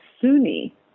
Sunni